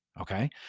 Okay